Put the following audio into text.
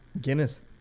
guinness